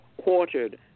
quartered